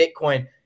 Bitcoin